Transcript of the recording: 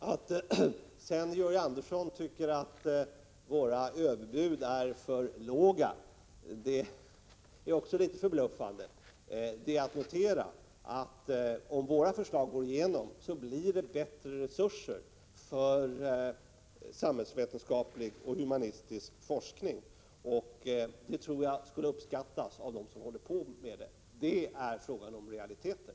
Att Georg Andersson tycker att våra överbud är för låga är även det litet förbluffande. Det är att notera att samhällsvetenskaplig och humanistisk forskning får bättre resurser om våra förslag går igenom. Jag tror att detta skulle uppskattas av dem som håller på med sådan forskning. Det är fråga om realiteter.